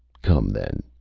come, then.